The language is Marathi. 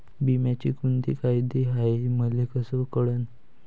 बिम्याचे कुंते फायदे हाय मले कस कळन?